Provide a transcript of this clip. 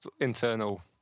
internal